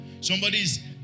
Somebody's